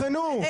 את.